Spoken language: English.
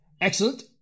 Excellent